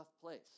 place